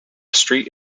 street